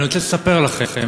אני רוצה לספר לכם